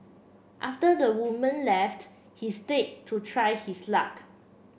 after the woman left he stayed to try his luck